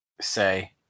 say